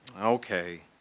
Okay